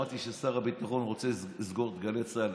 שמעתי ששר הביטחון רוצה לסגור את גלי צה"ל.